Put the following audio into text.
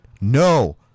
No